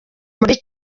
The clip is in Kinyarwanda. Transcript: muri